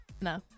No